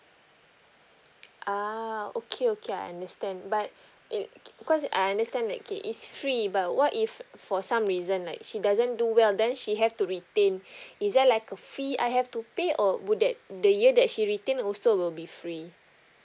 ah okay okay I understand but i~ because I understand that okay it's free but what if for some reason like she doesn't do well then she have to retain is there like a fee I have to pay or would that the year that she retain also will be free